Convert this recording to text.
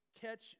catch